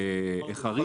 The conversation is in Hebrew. חריש,